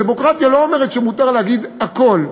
הדמוקרטיה לא אומרת שמותר להגיד הכול,